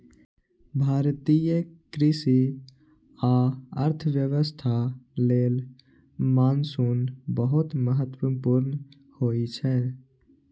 भारतीय कृषि आ अर्थव्यवस्था लेल मानसून बहुत महत्वपूर्ण होइ छै